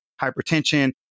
hypertension